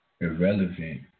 irrelevant